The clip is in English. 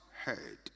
heard